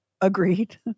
Agreed